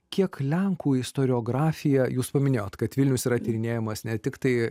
kiek lenkų istoriografija jūs paminėjot kad vilnius yra tyrinėjamas ne tiktai